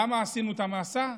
למה עשינו את המסע?